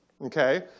okay